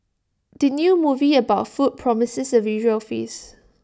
the new movie about food promises A visual feast